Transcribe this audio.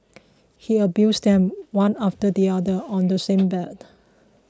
he abused them one after the other on the same bed